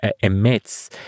emits